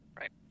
Right